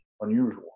unusual